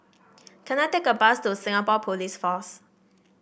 can I take a bus to Singapore Police Force